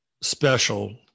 Special